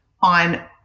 on